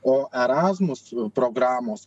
o erasmus programos